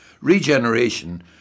regeneration